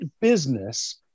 business